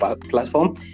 platform